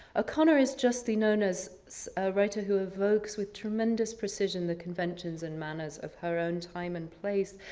ah o'connor is justly known as so a writer who evokes with tremendous precision the conventions and manners of her own time and place.